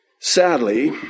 Sadly